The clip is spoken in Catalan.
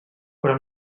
però